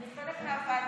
אני חלק מהוועדה.